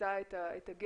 שיישא את הגן,